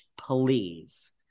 please